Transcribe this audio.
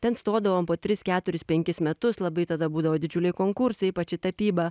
ten stodavom po tris keturis penkis metus labai tada būdavo didžiuliai konkursai ypač į tapybą